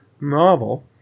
novel